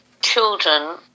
Children